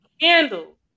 candle